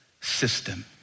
system